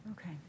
Okay